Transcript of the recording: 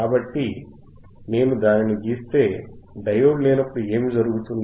కాబట్టి నేను దానిని గీస్తే డయోడ్ లేనప్పుడు ఏమి జరుగుతుంది